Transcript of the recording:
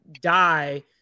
die